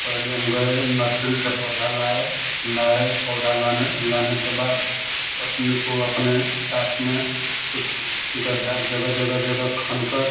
पहले हम गए नर्सरी से पौधा लाए लाए पौधा लाने लाने के बाद पत्नी को अपने साथ में गड्ढा जगह जगह जगह खनकर